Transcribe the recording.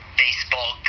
baseball